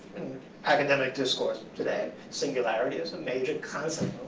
academic discourse today, singularity is a major concept.